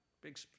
big